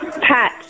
Pat